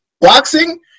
Boxing